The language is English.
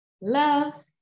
love